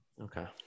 okay